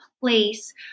place